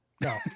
No